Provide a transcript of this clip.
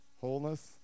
wholeness